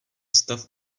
stav